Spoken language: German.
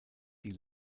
die